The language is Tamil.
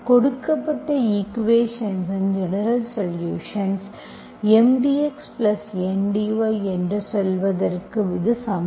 கொடுக்கப்பட்ட ஈக்குவேஷன்ஸ் இன் ஜெனரல்சொலுஷன்ஸ் M dxN dy என்று சொல்வதற்கு இது சமம்